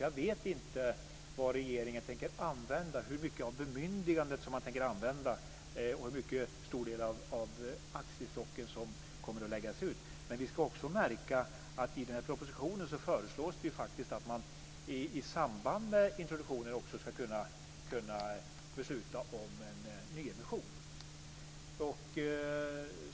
Jag vet därför inte hur mycket av bemyndigandet som regeringen tänker använda och hur stor del av aktiestocken som kommer att läggas ut. Men vi ska lägga märke till att det i den här propositionen faktiskt föreslås att man i samband med introduktionen också ska kunna besluta om en nyemission.